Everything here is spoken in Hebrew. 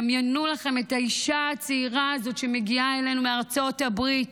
דמיינו לכם את האישה הצעירה הזאת שמגיעה אלינו מארצות הברית,